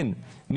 זאת שאלה רטורית.